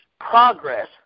progress